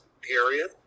period